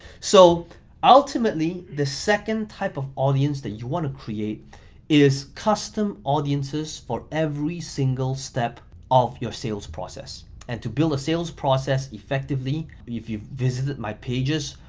so ultimately, the second type of audience that you wanna create is custom audiences for every single step of your sales process. and to build a sales process effectively, if you've visited my pages,